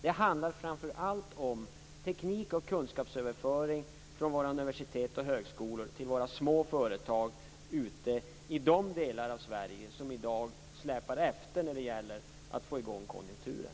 Det handlar framför allt om teknik och kunskapsöverföring från våra universitet och högskolor till våra små företag ute i de delar av Sverige som i dag släpar efter när det gäller att få i gång konjunkturen.